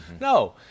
No